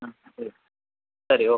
ಹಾಂ ಸರಿ ಸರಿ ಓಕೆ